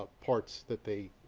ah parts that they